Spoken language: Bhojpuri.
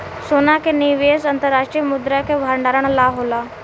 सोना के निवेश अंतर्राष्ट्रीय मुद्रा के भंडारण ला होला